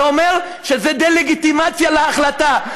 זה אומר שזה דה-לגיטימציה להחלטה.